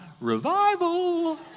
revival